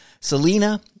Selena